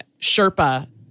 Sherpa